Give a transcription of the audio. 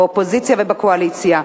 באופוזיציה ובקואליציה.